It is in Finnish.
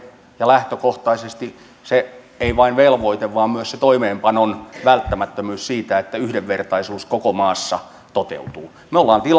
ja lähtökohtaisesti ei vain velvoite vaan myös se toimeenpanon välttämättömyys siitä että yhdenvertaisuus koko maassa toteutuu me olemme